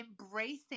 embracing